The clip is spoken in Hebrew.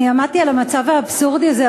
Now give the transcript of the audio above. אני עמדתי על המצב האבסורדי הזה,